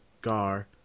Gar